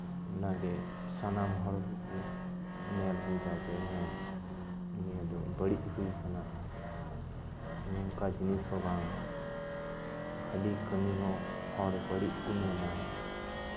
ᱚᱱᱟᱜᱮ ᱥᱟᱱᱟᱢ ᱦᱚᱲ ᱠᱚᱠᱚ ᱧᱮᱞ ᱵᱩᱡᱟ ᱡᱮ ᱦᱮᱸ ᱱᱤᱭᱟᱹ ᱫᱚ ᱵᱟᱹᱲᱤᱡ ᱦᱩᱭ ᱟᱠᱟᱱᱟ ᱱᱚᱝᱠᱟ ᱡᱤᱱᱤᱥ ᱦᱚᱸ ᱵᱟᱝ ᱵᱷᱟᱹᱞᱤ ᱠᱟᱹᱢᱤ ᱦᱚᱸ ᱦᱚᱲ ᱵᱟᱹᱲᱤᱡ ᱠᱚ ᱢᱮᱱᱟ